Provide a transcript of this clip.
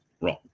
wrong